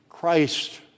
Christ